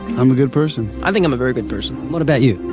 i'm a good person. i think i'm a very good person. what about you?